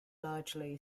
largely